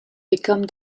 became